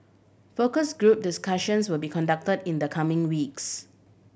focus group discussions will be conducted in the coming weeks